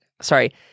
Sorry